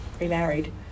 remarried